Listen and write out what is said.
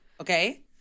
okay